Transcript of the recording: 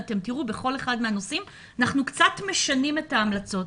אתם תראו שבכל אחד מהנושאים אנחנו קצת משנים את ההמלצות,